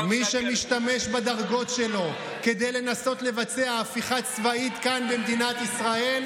מי שמשתמש בדרגות שלו כדי לנסות לבצע הפיכה צבאית כאן במדינת ישראל,